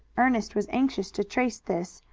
ernest was anxious to trace this,